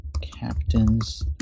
captain's